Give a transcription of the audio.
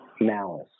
malice